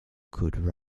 could